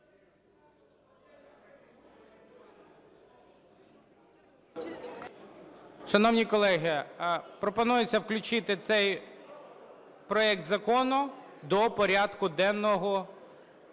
Шановні колеги, пропонується включити цей проект закону до порядку денного